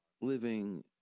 living